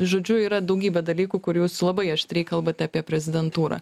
žodžiu yra daugybė dalykų kur jūs labai aštriai kalbate apie prezidentūrą